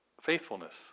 Faithfulness